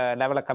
level